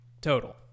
Total